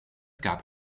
gab